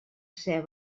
ser